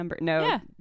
No